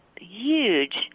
huge